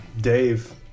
Dave